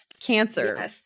cancer